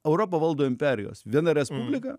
europą valdo imperijos viena respublika